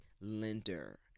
lender